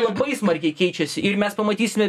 labai smarkiai keičiasi ir mes pamatysime